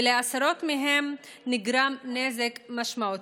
ולעשרות מהם נגרם נזק משמעותי.